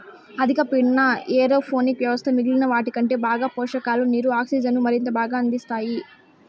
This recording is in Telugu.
అధిక పీడన ఏరోపోనిక్ వ్యవస్థ మిగిలిన వాటికంటే బాగా పోషకాలు, నీరు, ఆక్సిజన్ను మరింత బాగా అందిస్తాయి